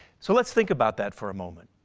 so let's think about that for a moment.